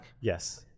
Yes